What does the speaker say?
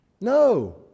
no